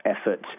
effort